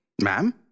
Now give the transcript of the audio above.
Ma'am